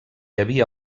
havia